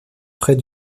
près